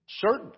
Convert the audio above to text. certain